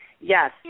Yes